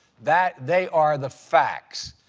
that they are the facts.